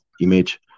image